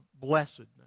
blessedness